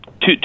two